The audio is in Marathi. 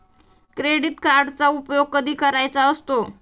क्रेडिट कार्डचा उपयोग कधी करायचा असतो?